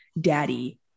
daddy